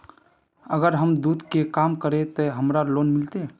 अगर हम दूध के काम करे है ते हमरा लोन मिलते?